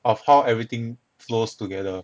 of how everything flows together